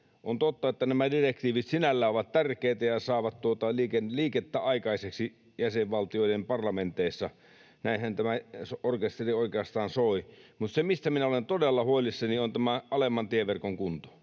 On totta, että nämä direktiivit sinällään ovat tärkeitä ja saavat liikettä aikaiseksi jäsenvaltioiden parlamenteissa. Näinhän tämä orkesteri oikeastaan soi. Mutta se, mistä minä olen todella huolissani, on tämä alemman tieverkon kunto.